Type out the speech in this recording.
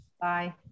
Bye